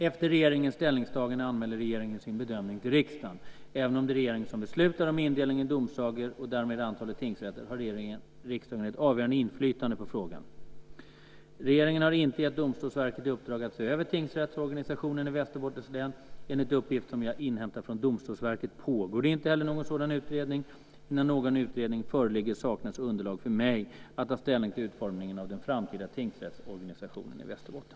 Efter regeringens ställningstagande anmäler regeringen sin bedömning till riksdagen. Även om det är regeringen som beslutar om indelningen i domsagor och därmed antalet tingsrätter har riksdagen ett avgörande inflytande på frågan. Regeringen har inte gett Domstolsverket i uppdrag att se över tingsrättsorganisationen i Västerbottens län. Enligt uppgift som jag inhämtat från Domstolsverket pågår det inte heller någon sådan utredning. Innan någon utredning föreligger saknas underlag för mig att ta ställning till utformningen av den framtida tingsrättsorganisationen i Västerbotten.